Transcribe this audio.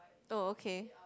oh okay